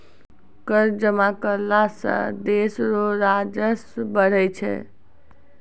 कर जमा करला सं देस रो राजस्व बढ़ै छै